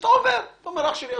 אתה אומר: אח שלי,